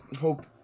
hope